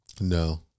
No